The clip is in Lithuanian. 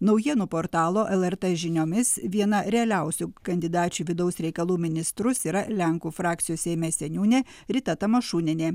naujienų portalo lrt žiniomis viena realiausių kandidačių vidaus reikalų ministrus yra lenkų frakcijos seime seniūnė rita tamašunienė